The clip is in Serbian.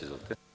Izvolite.